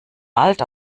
alt